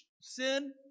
sin